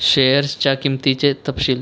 शेअरच्या किंमतींचे तपशील